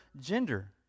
gender